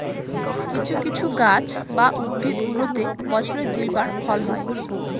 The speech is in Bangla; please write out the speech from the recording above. কিছু কিছু গাছ বা উদ্ভিদগুলোতে বছরে দুই বার ফল হয়